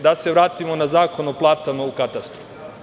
Da se vratimo na Zakon o platama u katastru.